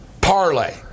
parlay